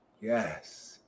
Yes